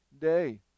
day